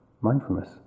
mindfulness